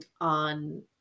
on